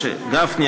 משה גפני,